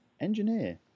Engineer